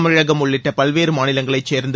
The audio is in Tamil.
தமிழகம் உள்ளிட்ட பல்வேறு மாநிலங்களைச் சேர்ந்த